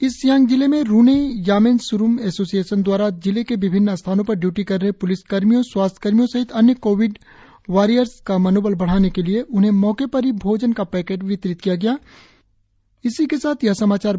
east Siang जिले में रुने यामेन सिरुम एसोसियेशन दवारा जिले के विभिन्न स्थानों पर ड्यूटी कर रहे प्लिस कर्मियों स्वास्थ्य कर्मियों सहित अन्य कोविड वायरस का मनोबल बढ़ाने के लिए उन्हें मौके पर ही भोजन का पैकेट वितरित किया जिसमें स्थानीय व्यंजन शामिक थे